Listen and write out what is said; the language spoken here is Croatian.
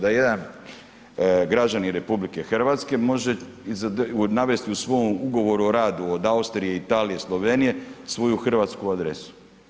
Da jedan građanin RH može navesti u svom Ugovoru o radu od Austrije, Italije, Slovenije, svoju hrvatsku adresu.